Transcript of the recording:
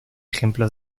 ejemplos